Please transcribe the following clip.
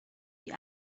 die